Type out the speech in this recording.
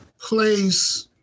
place